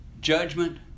judgment